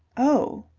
oh,